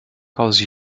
cause